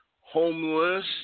homeless